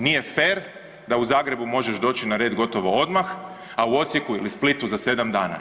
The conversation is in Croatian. Nije fer da u Zagrebu možeš doći na red gotovo odmah, a u Osijeku ili Splitu za 7 dana.